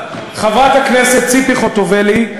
חברת הכנסת ציפי חוטובלי,